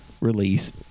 release